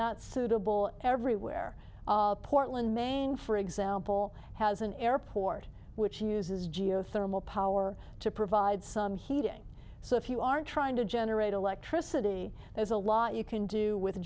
that suitable everywhere portland maine for example has an airport which uses geothermal power to provide some heating so if you are trying to generate electricity there's a lot you can do with